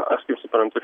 aš kaip suprantu